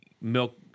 milk